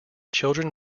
children